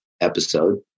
episode